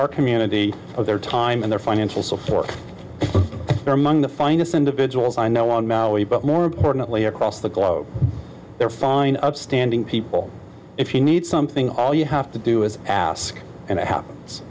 our community of their time and their financial support among the finest individuals i know on maui but more importantly across the globe they're fine upstanding people if you need something all you have to do is ask and it happens